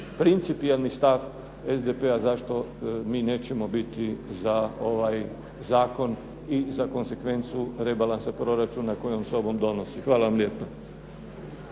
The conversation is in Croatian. principijelni stav SDP-a zašto mi nećemo biti za ovaj zakon i za konsekvencu rebalansa proračuna kojom se ovo donosi. Hvala vam lijepa.